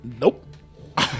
Nope